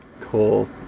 cool